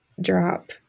drop